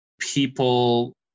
people